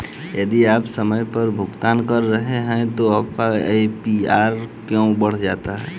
यदि आप समय पर भुगतान कर रहे हैं तो आपका ए.पी.आर क्यों बढ़ जाता है?